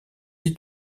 est